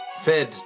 fed